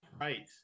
right